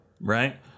right